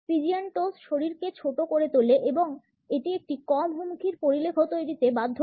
Pigeon toes শরীরকে ছোট করে তোলে এবং এটি একটি কম হুমকির পরিলেখ তৈরিতে বাধ্য করে